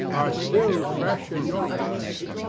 are still fresh in your recollection.